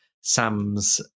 Sam's